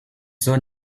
soon